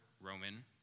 Roman